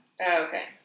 okay